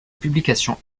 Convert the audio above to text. publication